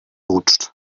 rutscht